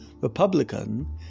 republican